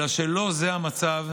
אלא שלא זה המצב,